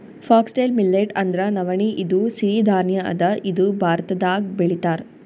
foxtail millet ಅಂದ್ರ ನವಣಿ ಇದು ಸಿರಿ ಧಾನ್ಯ ಅದಾ ಇದು ಭಾರತ್ದಾಗ್ ಬೆಳಿತಾರ್